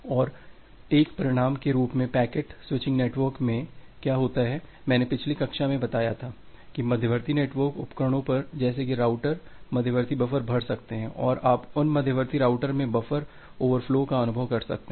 और एक परिणाम के रूप में पैकेट स्विचिंग नेटवर्क में क्या होता है मैंने पिछली कक्षा में बताया था कि मध्यवर्ती नेटवर्क उपकरणों पर जैसे की राउटर मध्यवर्ती बफ़र भर सकते हैं और आप उन मध्यवर्ती राउटर में बफर ओवरफ्लो का अनुभव कर सकते हैं